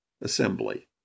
assembly